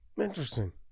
Interesting